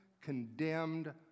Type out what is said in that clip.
condemned